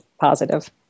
positive